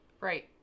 right